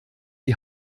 die